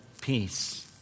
peace